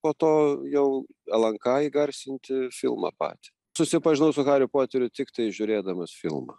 po to jau lnk įgarsinti filmą patį susipažinau su hariu poteriu tiktai žiūrėdamas filmą